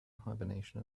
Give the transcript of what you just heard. hibernation